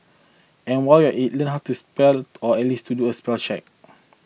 and while you're it learn how to spell or at least to do a spell check